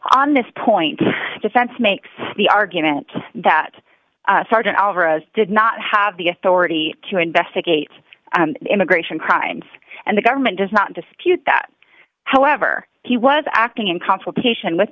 on this point defense makes the argument that sergeant alvarez did not have the authority to investigate immigration crimes and the government does not dispute that however he was acting in consultation with